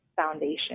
foundation